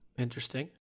Interesting